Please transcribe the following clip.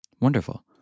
Wonderful